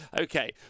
okay